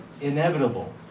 inevitable